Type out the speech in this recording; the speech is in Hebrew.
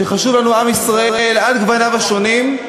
שחשוב לנו עם ישראל על גווניו השונים.